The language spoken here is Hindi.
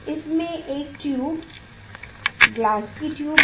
इसमें एक ट्यूब ग्लास की ट्यूब है